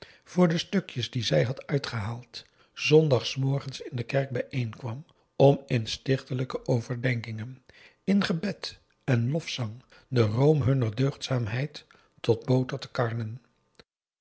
voor de stukjes die zij had uitgehaald zondagsmorgens in de kerk bijeenkwam om in stichtelijke overdenkingen in gebed en lofgezang de room hunner deugdzaamheid tot boter te karnen